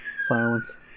silence